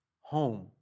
home